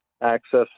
access